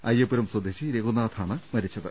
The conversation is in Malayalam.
അയ്യപ്പുരം സ്വദേശി രഘുനാഥാണ് മരിച്ചത്